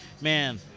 man